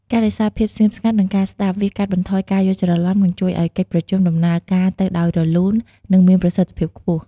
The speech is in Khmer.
ការរក្សាភាពស្ងៀមស្ងាត់ និងការស្តាប់ វាកាត់បន្ថយការយល់ច្រឡំ និងជួយឲ្យកិច្ចប្រជុំដំណើរការទៅដោយរលូន និងមានប្រសិទ្ធិភាពខ្ពស់។